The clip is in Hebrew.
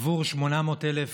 עבור 800,000